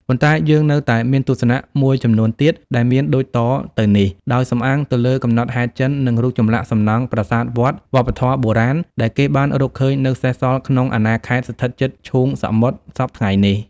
ប៉ុន្តែយើងនៅតែមានទស្សនៈ មួយចំនួនទៀត ដែលមានដូចតទៅនេះ ដោយសំអាងទៅលើកំណត់ហេតុចិន និងរូបចម្លាក់សំណង់ ប្រាសាទវត្តវប្បធម៌បុរាណ ដែលគេបានរកឃើញនៅសេសសល់ក្នុងអាណាខេត្តស្ថិតជិតឈូងសមុទ្រសព្វថ្ងៃនេះ។